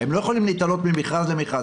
הם לא יכולים להתלות ממכרז למכרז.